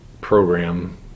program